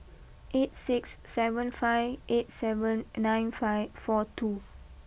eight six seven five eight seven nine five four two